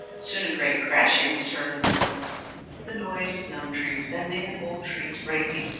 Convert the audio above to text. soon a great crashing was heard in the woods the noise of young trees bending, and old trees breaking.